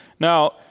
Now